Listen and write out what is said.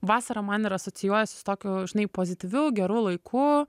vasara man ir asocijuojasi su tokiu žinai pozityviu geru laiku